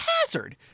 hazard